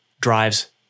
drives